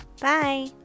Bye